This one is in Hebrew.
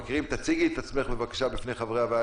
הציגי את עצמך, בבקשה, בפני חברי הוועדה.